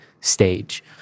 stage